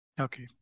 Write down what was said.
Okay